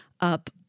up